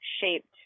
shaped